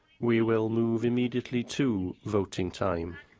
we will move immediately to voting time.